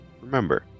remember